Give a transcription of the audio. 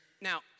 Now